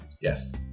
yes